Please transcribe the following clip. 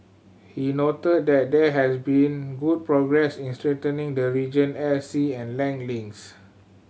he noted that there has been good progress in strengthening the region air sea and land links